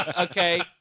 okay